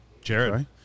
Jared